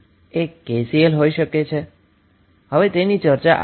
open circuit એ short circuit થાય છે ડયુઅલના કિસ્સામાં KVL એ KCL થાય છે